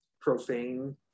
profane